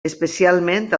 especialment